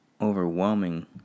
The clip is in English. overwhelming